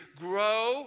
Grow